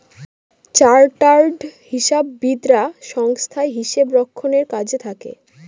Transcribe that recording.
chartered হিসাববিদরা সংস্থায় হিসাব রক্ষণের কাজে থাকে